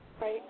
Right